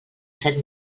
set